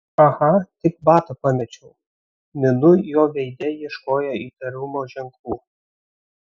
aha tik batą pamečiau minu jo veide ieškojo įtarumo ženklų